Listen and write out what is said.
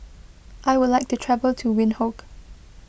I would like to travel to Windhoek